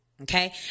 Okay